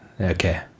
Okay